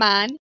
Man